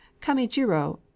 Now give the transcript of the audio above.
Kamijiro